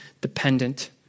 dependent